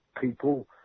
people